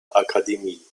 akademie